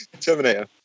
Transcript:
Terminator